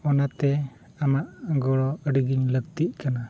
ᱚᱱᱟᱛᱮ ᱟᱢᱟᱜ ᱜᱚᱲᱚ ᱟᱹᱰᱤᱜᱤᱧ ᱞᱟᱹᱠᱛᱤᱜ ᱠᱟᱱᱟ